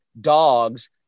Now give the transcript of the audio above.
dogs